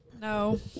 No